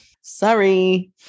Sorry